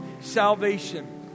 salvation